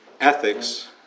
ethics